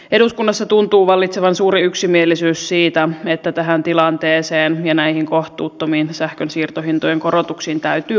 eduskunnassa tuntuu vallitsevan suuri yksimielisyys siitä että tähän tilanteeseen ja näihin kohtuuttomiin sähkön siirtohintojen korotuksiin täytyy puuttua